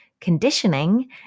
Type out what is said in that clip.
conditioning